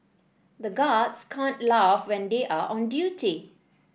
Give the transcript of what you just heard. the guards can't laugh when they are on duty